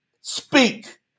Speak